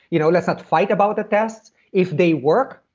you know let's not fight about the tests. if they work,